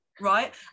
right